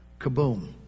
kaboom